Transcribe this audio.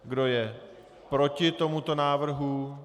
Kdo je proti tomuto návrhu?